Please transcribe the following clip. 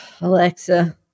Alexa